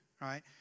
right